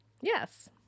yes